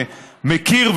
שמכיר,